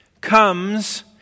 comes